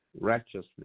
righteousness